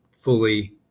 fully